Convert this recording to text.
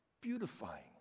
beautifying